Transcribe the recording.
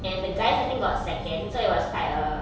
and the guys I think got second so it was quite a